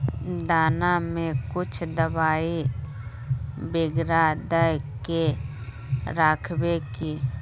दाना में कुछ दबाई बेगरा दय के राखबे की?